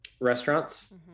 restaurants